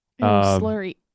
Slurry